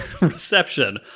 reception